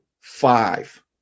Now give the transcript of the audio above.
five